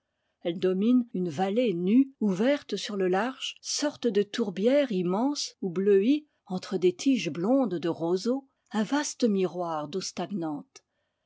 elle domine une vallée nue ouverte sur le large sorte de tourbière immense où bleuit entre des tiges blondes de roseaux un vaste miroir d'eau stagnante